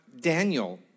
Daniel